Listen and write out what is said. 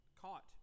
Caught